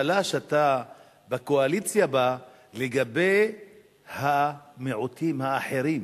שאתה בקואליציה שלה, לגבי המיעוטים האחרים.